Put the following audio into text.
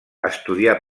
estudià